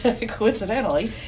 coincidentally